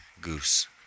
Goose